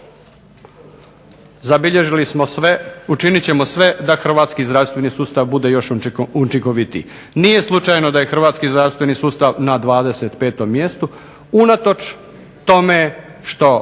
zabilježili smo sve, učinit ćemo sve da hrvatski zdravstveni sustav bude još učinkovitiji. Nije slučajno da je hrvatski zdravstveni sustav na 25. mjestu unatoč tome što